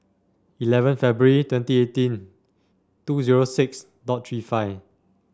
eleven February twenty eighteen two zero six dot Three five